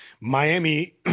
Miami